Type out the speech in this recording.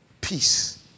peace